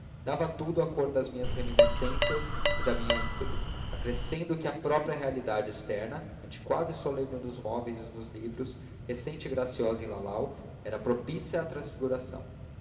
dava a tudo a cor das minhas reminiscências e da minha índole acrescendo que a própria realidade externa antiquada e solene nos móveis e nos livros recente e graciosa em lalau era propícia a transfiguração